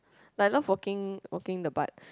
like I love working working the butt